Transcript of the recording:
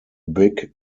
big